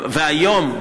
והיום,